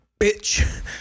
bitch